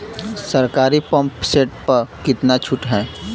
सरकारी pump set प कितना छूट हैं?